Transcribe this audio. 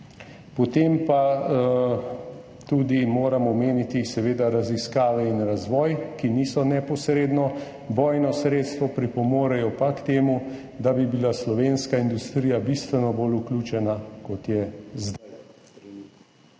Potem pa moram omeniti tudi raziskave in razvoj, ki niso neposredno bojno sredstvo, pripomorejo pa k temu, da bi bila slovenska industrija bistveno bolj vključena, kot je zdaj